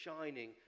shining